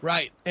Right